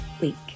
week